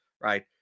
right